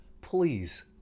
please